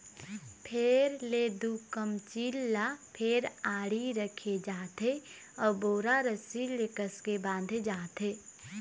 फेर ले दू कमचील ल फेर आड़ी रखे जाथे अउ बोरा रस्सी ले कसके बांधे जाथे